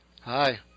Hi